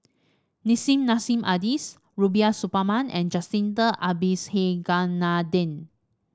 Nissim Nassim Adis Rubiah Suparman and Jacintha Abisheganaden